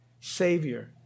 Savior